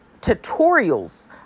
tutorials